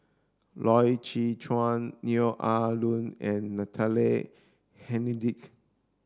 Loy Chye Chuan Neo Ah Luan and Natalie Hennedige